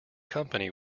company